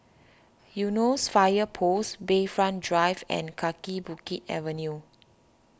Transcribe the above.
Eunos Fire Post Bayfront Drive and Kaki Bukit Avenue